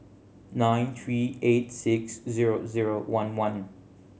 nine three eight six zero zero one one